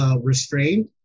restrained